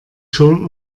schon